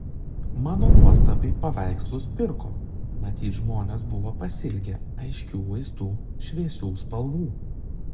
mano nuostabai paveikslus pirko matyt žmonės buvo pasiilgę aiškių vaizdų šviesių spalvų